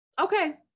okay